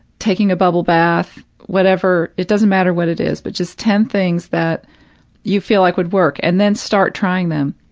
taking a bubble bath, whatever it doesn't matter what it is, but just ten things that you feel like would work, and then start trying them.